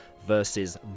versus